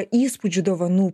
įspūdžių dovanų